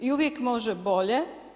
I uvijek može bolje.